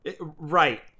Right